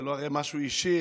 זה הרי לא משהו אישי,